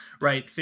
right